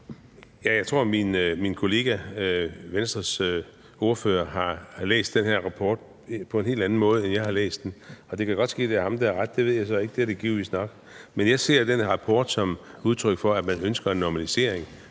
Jeg tror, at min kollega Venstres ordfører har læst den her rapport på en helt anden måde, end jeg har læst den. Det kan godt ske, det er ham, der har ret, det ved jeg så ikke; det er det givetvis nok. Men jeg ser den her rapport som udtryk for, at man ønsker en normalisering